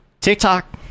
TikTok